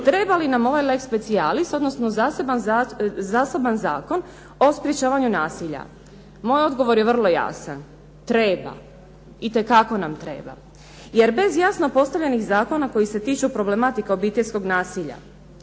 treba li nam ovaj lex specialis odnosno zaseban zakon o sprječavanju nasilja. Moj odgovor je vrlo jasan, treba. Itekako nam treba jer bez jasno postavljenih zakona koji se tiču problematike obiteljskog nasilja,